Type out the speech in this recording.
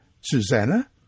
Susanna